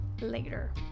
later